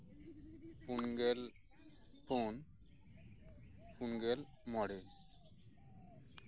ᱯᱩᱱᱜᱮᱞ ᱯᱩᱱ ᱯᱩᱱ ᱜᱮᱞ ᱢᱚᱬᱮ